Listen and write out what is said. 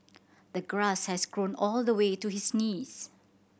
the grass had grown all the way to his knees